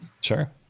Sure